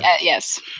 Yes